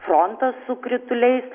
frontas su krituliais